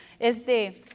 Este